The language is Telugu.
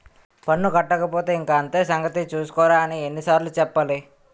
పన్ను కట్టకపోతే ఇంక అంతే సంగతి చూస్కోరా అని ఎన్ని సార్లు చెప్పాలి